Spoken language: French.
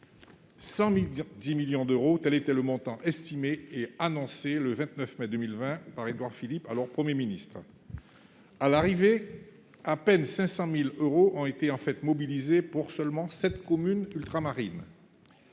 110 millions d'euros, tel était le montant estimé et annoncé le 29 mai 2020 par Édouard Philippe, alors Premier ministre. À l'arrivée, à peine 500 000 euros ont été mobilisés, pour seulement sept communes ultramarines.